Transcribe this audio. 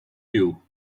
you